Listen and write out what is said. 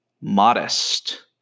modest